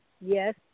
yes